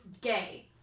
gay